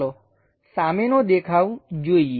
ચાલો સામેનો દેખાવ જોઈએ